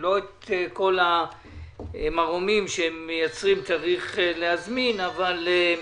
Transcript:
לא את כל המרעומים שמייצרים צריך להזמין אבל...